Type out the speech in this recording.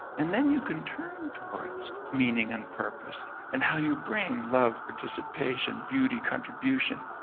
and then you can turn towards meaning and purpose and how you bring love, participation, beauty, contribution,